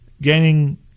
gaining